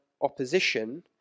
opposition